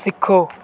ਸਿੱਖੋ